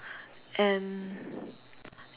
and